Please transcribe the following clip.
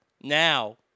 now